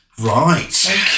Right